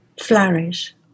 flourish